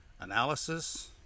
analysis